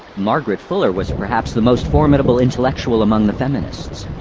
margaret fuller was perhaps the most formidable intellectual among the feminists.